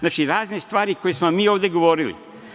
Znači, razne stvari koje smo vam mi ovde govorili.